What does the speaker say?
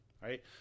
right